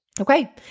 Okay